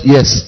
Yes